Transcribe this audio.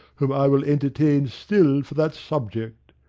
whom i will entertain still for that subject.